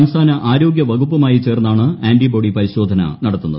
സംസ്ഥാന ആരോഗൃ വകുപ്പുമായി ചേർന്നാണ് ആന്റിബോഡി പരിശോധന നടത്തുന്നത്